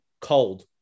cold